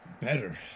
Better